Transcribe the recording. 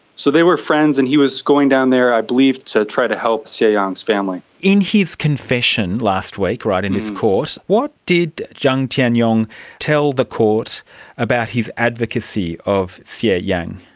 so they were friends, and he was going down there i believe to try to help xie yang's family. in his confession last week in this court, what did jiang tianyong tell the court about his advocacy of xie ah yang?